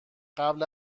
قبل